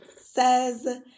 says